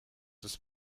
des